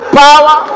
power